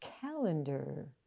Calendar